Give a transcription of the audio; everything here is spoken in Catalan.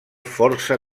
força